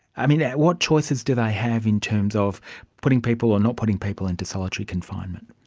yeah what choices do they have in terms of putting people or not putting people into solitary confinement?